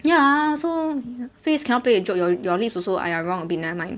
ya so face cannot play with joke your your lips also !aiya! wrong a bit nevermind